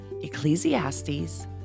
Ecclesiastes